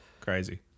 crazy